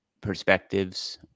perspectives